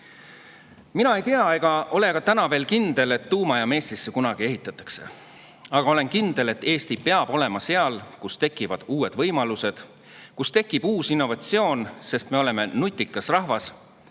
ei tea ega ole ka täna veel kindel, kas tuumajaam Eestisse kunagi ehitatakse. Aga olen kindel, et Eesti peab olema seal, kus tekivad uued võimalused, kus tekib innovatsioon, sest me oleme nutikas rahvas,